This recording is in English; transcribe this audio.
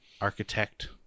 architect